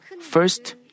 First